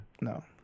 No